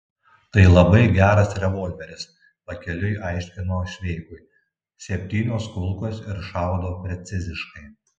tai labai geras revolveris pakeliui aiškino šveikui septynios kulkos ir šaudo preciziškai